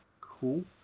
cool